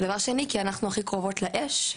דבר שני, כי אנחנו הכי קרובות לאש.